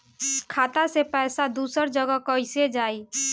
खाता से पैसा दूसर जगह कईसे जाई?